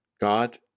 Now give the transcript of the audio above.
God